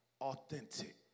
Authentic